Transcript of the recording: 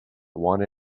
want